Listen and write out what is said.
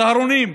צהרונים,